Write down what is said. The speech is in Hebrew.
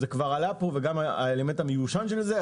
זה כבר עלה פה וגם האלמנט המיושן שבזה,